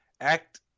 Act